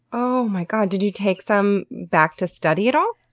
oh my god. did you take some back to study at all?